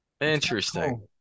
interesting